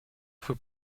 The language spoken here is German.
für